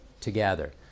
together